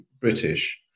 British